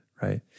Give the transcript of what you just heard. Right